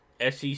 SEC